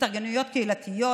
התארגנויות קהילתיות,